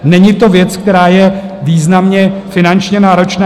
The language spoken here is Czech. Není to věc, která je významně finančně náročná.